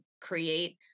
create